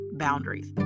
boundaries